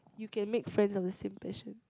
you can make friends of the same passion